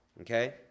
okay